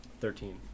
Thirteen